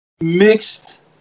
mixed